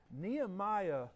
Nehemiah